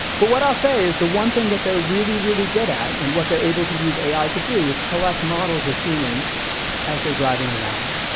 but what i'll say is the one thing that they're really really good at, and what they're able to use ai to do, is collect models of humans as they're driving around.